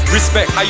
Respect